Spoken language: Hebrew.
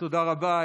תודה רבה.